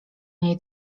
niej